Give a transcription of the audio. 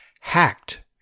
Hacked